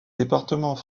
départements